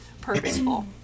purposeful